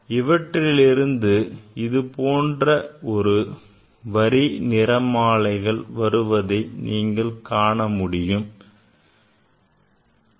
அவற்றிலிருந்து இது போன்ற வரி நிறமாலை வெளிவருவதை நாம் காண முடியும்